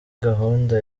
gahunda